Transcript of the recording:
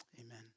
Amen